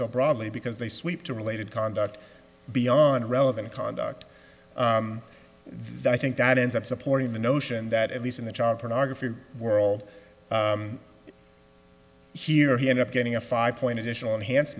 are probably because they sweep to related conduct beyond irrelevant conduct that i think that ends up supporting the notion that at least in the child pornography world here he end up getting a five point additional enhanced